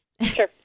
Sure